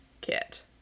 kit